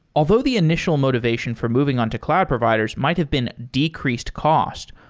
although the initial motivation for moving on to cloud providers might have been decreased cost,